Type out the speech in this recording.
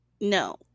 No